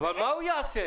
אבל מה הוא יעשה?